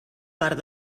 part